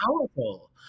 powerful